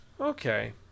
okay